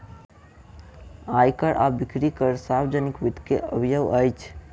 आय कर आ बिक्री कर सार्वजनिक वित्त के अवयव अछि